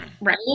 Right